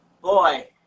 boy